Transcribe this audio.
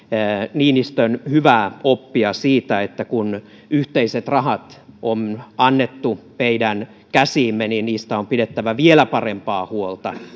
niinistön hyvää oppia siitä että kun yhteiset rahat on annettu meidän käsiimme niin niistä on pidettävä vielä parempaa huolta